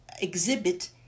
exhibit